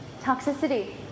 toxicity